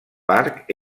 parc